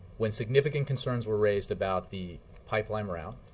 when significant concerns were raised about the pipeline route,